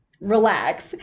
relax